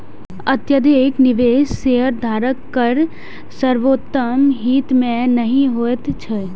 अत्यधिक निवेश शेयरधारक केर सर्वोत्तम हित मे नहि होइत छैक